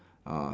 uh